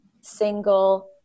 single